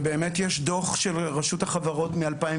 ובאמת יש דו"ח של רשות החברות מ-2020,